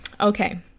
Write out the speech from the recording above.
Okay